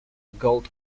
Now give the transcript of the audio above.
gold